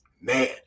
Man